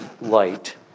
light